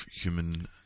human